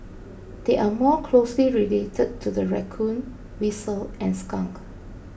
they are more closely related to the raccoon weasel and skunk